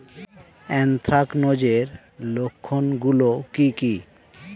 Anthracnose এর লক্ষণ গুলো কি কি?